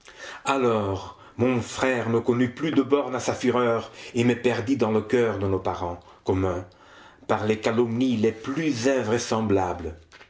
alors mon frère ne connut plus de bornes à sa fureur et me perdit dans le coeur de nos parents communs par les calomnies les plus invraisemblables